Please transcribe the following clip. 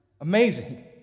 Amazing